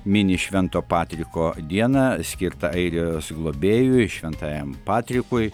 mini švento patriko dieną skirtą airijos globėjui šventajam patrikui